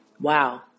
wow